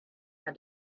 how